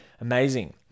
Amazing